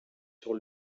sur